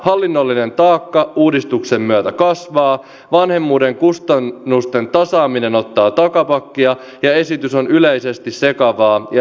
hallinnollinen taakka uudistuksen myötä kasvaa vanhemmuuden kustannusten tasaaminen ottaa takapakkia ja esitys on yleisesti sekavaa ja epäjohdonmukaista lainsäädäntöä